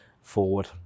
forward